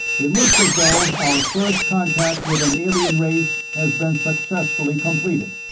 it looks as though our first contact with an alien race has been successfully completed.